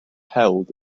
held